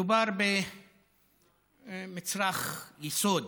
מדובר במצרך יסוד,